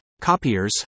copiers